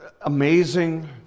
amazing